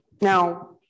Now